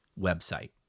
website